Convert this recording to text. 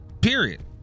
period